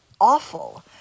awful